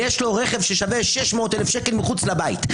רכב ששווה 600,000 שקל מחוץ לבית.